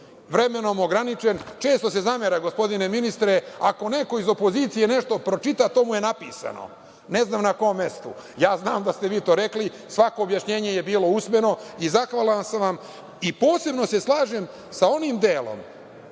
vremenom ograničen. Često se zamera, gospodine ministre, ako neko iz opozicije nešto pročita, to mu je napisano. Ne znam na kom mestu. Ja znam da ste vi to rekli, svako objašnjenje je bilo usmeno i zahvalan sam vam. Posebno se slažem sa onim delom